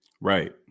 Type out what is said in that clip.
right